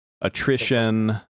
attrition